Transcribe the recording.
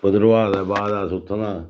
भद्रवाह् दे बाद अस उत्थुं दा